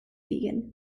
vegan